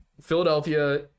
philadelphia